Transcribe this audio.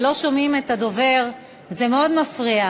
לא שומעים את הדובר, זה מאוד מפריע.